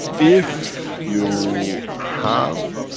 if you have,